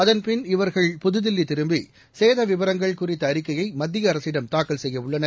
அதன்பின் இவர்கள் புதுதில்லி திரும்பி சேத விவரங்கள் குறித்த அறிக்கையை மத்திய அரசிடம் தாக்கல் செய்ய உள்ளனர்